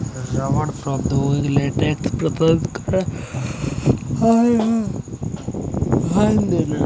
रबड़ प्रौद्योगिकी लेटेक्स के प्रसंस्करण आदि पर भी ध्यान केंद्रित करता है